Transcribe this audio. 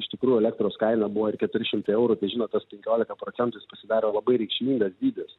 iš tikrųjų elektros kaina buvo ir keturi šimtai eurų tai žinot tas penkiolika procentų jis pasidaro labai reikšmingas dydis